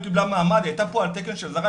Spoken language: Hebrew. היא לא קיבלה מעמד, היא הייתה פה על תקן של זרה.